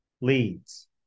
leads